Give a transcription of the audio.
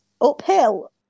uphill